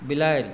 बिलाड़ि